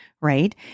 right